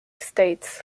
states